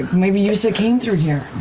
maybe yussa came through here.